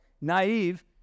naive